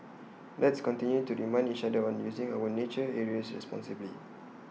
let's continue to remind each other on using our nature areas responsibly